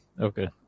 okay